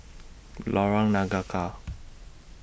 Lorong Nangka